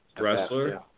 wrestler